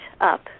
up